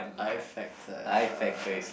I Factor uh